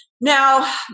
Now